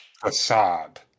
Facade